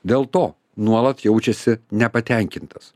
dėl to nuolat jaučiasi nepatenkintas